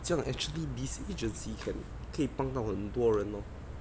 这个 actually this agency can 可以帮到很多人哦